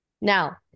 Now